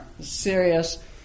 serious